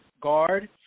guard